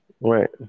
Right